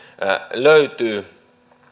löytyy